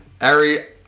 Ari